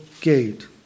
gate